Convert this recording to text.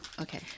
Okay